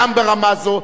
גם ברמה זו,